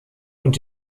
und